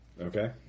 Okay